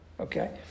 okay